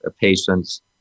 patients